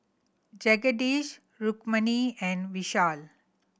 Jagadish Rukmini and Vishal